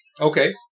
Okay